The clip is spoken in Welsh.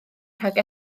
rhag